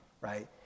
right